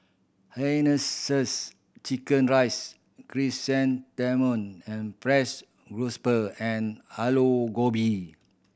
hainanese chicken rice chrysanthemum and frieds and Aloo Gobi